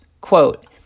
quote